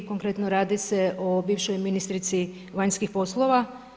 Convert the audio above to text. Konkretno radi se o bivšoj ministrici vanjskih poslova.